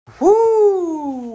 Woo